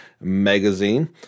magazine